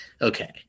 Okay